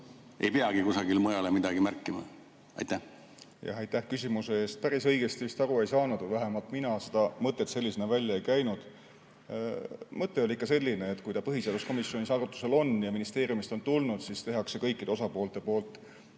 ei peagi kusagil mujal midagi märkima? Aitäh küsimuse eest! Päris õigesti vist aru ei saanud või vähemalt mina seda mõtet sellisena välja ei käinud. Mõte oli ikka selline, et kui ta põhiseaduskomisjonis arutlusel on ja ministeeriumist on tulnud, siis tehakse kõikide osapoolte poolt